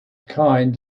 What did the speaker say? kind